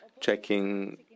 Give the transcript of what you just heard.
checking